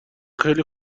خیلی